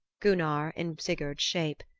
gunnar in sigurd's shape.